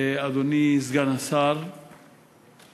אדוני סגן השר,